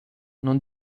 non